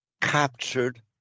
captured